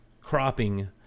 cropping